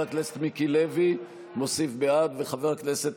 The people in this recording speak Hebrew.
חבר הכנסת